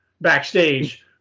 backstage